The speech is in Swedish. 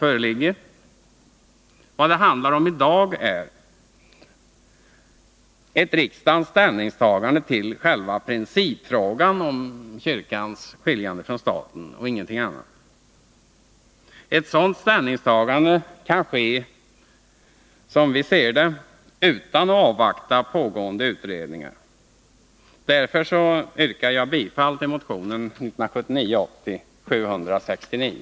Vad det i dag handlar om är ett riksdagens ställningstagande till själva principfrågan. Ett sådant ställningstagande kan, som vi ser det, göras utan att pågående utredningar avvaktas. Därför yrkar jag bifall till motionen 1979/80:769.